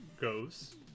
goes